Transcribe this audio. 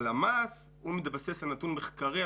הלמ"ס מתבסס על נתון מחקרי,